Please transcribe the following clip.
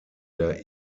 der